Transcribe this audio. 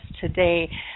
today